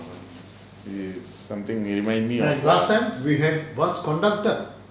something remind me of